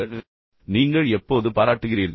பின்னர் நீங்கள் யாரையாவது எப்போது பாராட்டுகிறீர்கள்